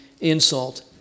insult